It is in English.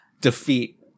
defeat